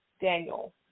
Daniel